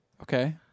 Okay